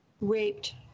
raped